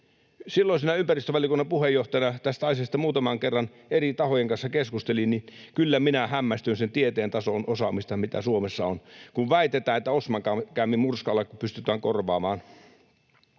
Silloisena ympäristövaliokunnan puheenjohtajana tästä asiasta kun muutaman kerran eri tahojen kanssa keskustelin, niin kyllä minä hämmästyin sen tieteen tason osaamista, mitä Suomessa on, kun väitetään, että osmankäämimurskalla pystytään korvaamaan